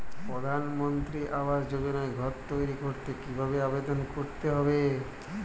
প্রধানমন্ত্রী আবাস যোজনায় ঘর তৈরি করতে কিভাবে আবেদন করতে হবে?